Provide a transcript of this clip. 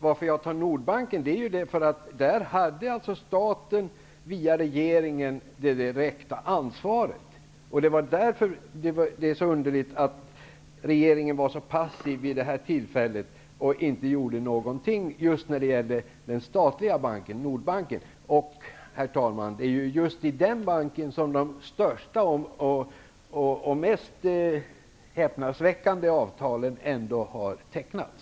Varför jag tar Nordbanken som exempel beror på att staten via regeringen där hade det direkta ansvaret. Det är därför som det är så underligt att regeringen var så passiv vid detta tilfälle och inte gjorde någonting när det gällde den statliga banken Herr talman! Det är ju ändå i den banken som de största och mest häpnadsväckande avtalen har tecknats.